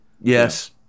Yes